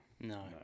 No